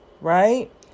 right